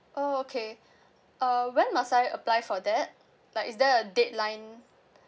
oh okay uh when must I apply for that like is there a deadline